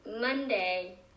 Monday